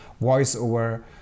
voiceover